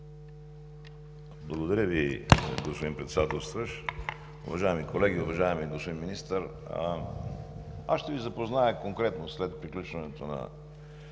Благодаря Ви, господин Председателстващ. Уважаеми колеги! Уважаеми господин Министър, аз ще Ви запозная след приключването на